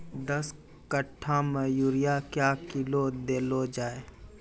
दस कट्ठा मे यूरिया क्या किलो देलो जाय?